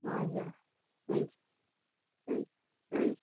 हजुर हुन्छ